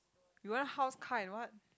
you want a house car and what